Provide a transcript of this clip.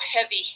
heavy